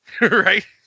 Right